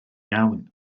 iawn